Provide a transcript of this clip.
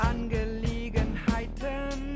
Angelegenheiten